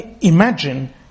Imagine